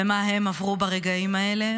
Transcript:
ומה הם עברו ברגעים האלה,